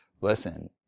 listen